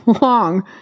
long